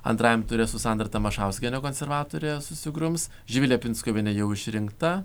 antrajam ture su sandra tamašauskiene konservatore susigrums živilė pinskuvienė jau išrinkta